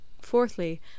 fourthly